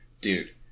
Dude